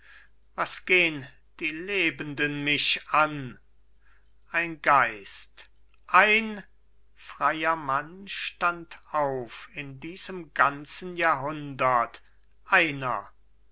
was gehn die lebenden mich an ein geist ein freier mann stand auf in diesem ganzen jahrhundert einer